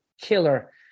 killer